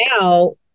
now